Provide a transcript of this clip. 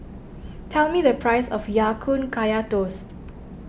tell me the price of Ya Kun Kaya Toast